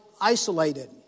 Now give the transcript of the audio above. isolated